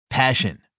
Passion